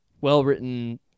well-written